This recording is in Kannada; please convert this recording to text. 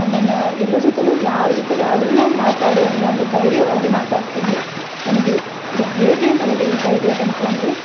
ನಾನು ಎಲ್ರ ಜೊತೆಗೂ ಯಾರ ಜೊತೆಗೇ ಆದ್ರೂ ಮಾತಾಡುವಲ್ಲಿ ನಾನು ಧೈರ್ಯವಾಗಿ ಮಾತಾಡ್ತೀನಿ ನನಗೆ ಯ ಹೇಗೆ ನನಗೆ ಈ ಧೈರ್ಯ ಬಂತು ಅಂದರೆ